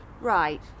Right